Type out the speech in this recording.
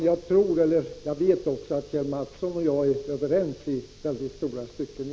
Herr talman! Jag vet att Kjell Mattsson och jag är överens i stora stycken.